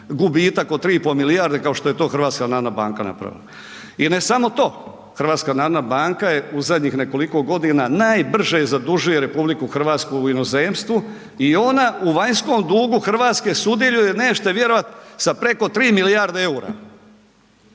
gubitak od 3,5 milijarde kao što je to HNB napravila. I ne samo to, HNB je u zadnjih nekoliko godina najbrže zadužuje RH u inozemstvu i ona u vanjskom dugu Hrvatske sudjeluje nećete vjerovati sa preko 3 milijarde EUR-a.